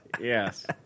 Yes